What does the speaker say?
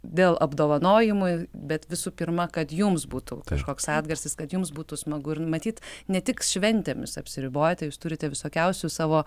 dėl apdovanojimų bet visų pirma kad jums būtų kažkoks atgarsis kad jums būtų smagu ir numatyt ne tik šventėmis apsiribojate jūs turite visokiausių savo